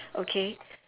okay